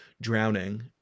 drowning